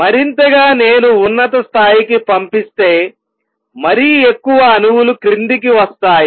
మరింత గా నేను ఉన్నత స్థాయికి పంపిస్తే మరీ ఎక్కువ అణువులు క్రిందికి వస్తాయి